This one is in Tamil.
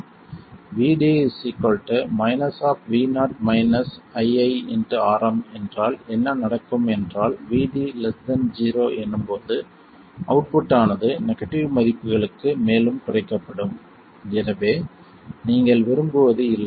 Vd Vo ii Rm என்றால் என்ன நடக்கும் என்றால் Vd 0 எனும் போது அவுட்புட் ஆனது நெகட்டிவ் மதிப்புகளுக்கு மேலும் குறைக்கப்படும் எனவே நீங்கள் விரும்புவது இல்லை